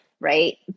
right